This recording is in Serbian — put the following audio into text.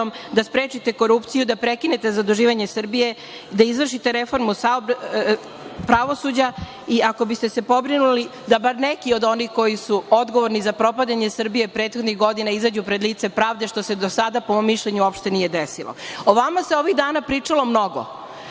da sprečite korupciju, da prekinete zaduživanje Srbije, da izvršite reformu pravosuđa i ako biste se pobrinuli da bar neki od onih koji su odgovorni za propadanje Srbije prethodnih godina izađu pred lice pravde, što se do sada po mom mišljenju uopšte nije desilo.O vama se ovih dana pričalo mnogo,